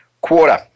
quarter